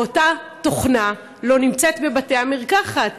ואותה תוכנה לא נמצאת בבתי המרקחת,